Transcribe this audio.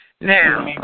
Now